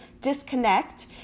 disconnect